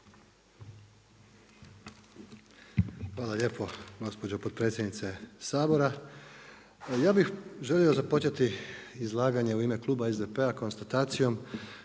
Hvala lijepo gospođo potpredsjednice Sabora. Ja bih želio započeti izlaganje u ime kluba SDP-a konstatacijom